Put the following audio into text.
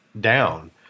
down